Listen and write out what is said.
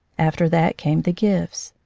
after that came the gifts.